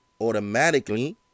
automatically